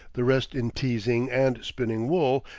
the rest in teasing and spinning wool,